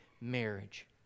marriage